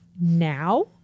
now